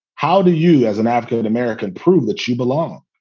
how do you, as an african-american, prove that you belong?